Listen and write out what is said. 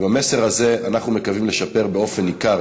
עם המסר הזה אנחנו מקווים לשפר באופן ניכר